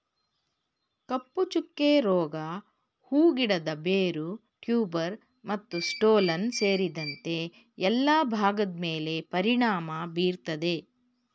ಕಪ್ಪುಚುಕ್ಕೆ ರೋಗ ಹೂ ಗಿಡದ ಬೇರು ಟ್ಯೂಬರ್ ಮತ್ತುಸ್ಟೋಲನ್ ಸೇರಿದಂತೆ ಎಲ್ಲಾ ಭಾಗದ್ಮೇಲೆ ಪರಿಣಾಮ ಬೀರ್ತದೆ